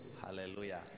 Hallelujah